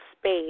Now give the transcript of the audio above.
space